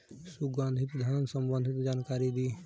सुगंधित धान संबंधित जानकारी दी?